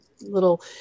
little